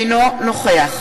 אינו נוכח